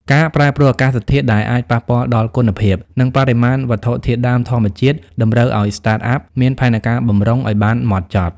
ការប្រែប្រួលអាកាសធាតុដែលអាចប៉ះពាល់ដល់គុណភាព និងបរិមាណវត្ថុធាតុដើមធម្មជាតិ តម្រូវឱ្យ Startup មានផែនការបម្រុង ឱ្យបានហ្មត់ចត់។